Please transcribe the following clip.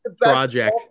Project